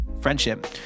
friendship